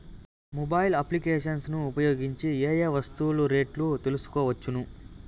Mobile applications ను ఉపయోగించి ఏ ఏ వస్తువులు రేట్లు తెలుసుకోవచ్చును?